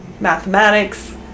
mathematics